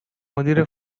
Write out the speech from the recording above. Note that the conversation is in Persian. مدیر